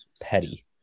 petty